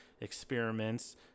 experiments